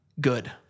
Good